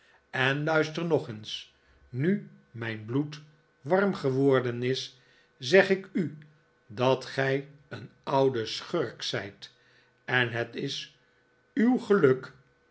en luister nog eens nu mijn bloed warm geworden is zeg ik u dat gij een oude schurk zijt en het is uw geluk